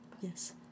Yes